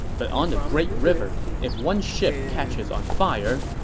but on the great river, if one ship catches on fire,